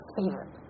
favorite